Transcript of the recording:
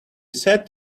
set